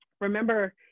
remember